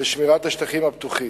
לשמירת השטחים הפתוחים.